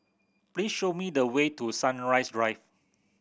please show me the way to Sunrise Drive